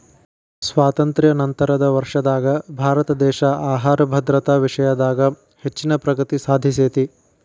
ಸ್ವಾತಂತ್ರ್ಯ ನಂತರದ ವರ್ಷದಾಗ ಭಾರತದೇಶ ಆಹಾರ ಭದ್ರತಾ ವಿಷಯದಾಗ ಹೆಚ್ಚಿನ ಪ್ರಗತಿ ಸಾಧಿಸೇತಿ